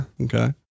Okay